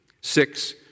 Six